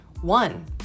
One